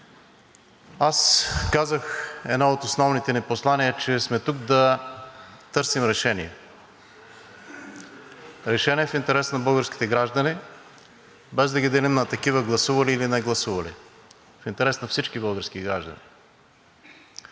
аз казах едно от основните ни послания, че ние сме тук да търсим решения, решения в интерес на българските граждани, без да ги делим на такива – гласували или негласували, в интерес на всички български граждани.